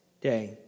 day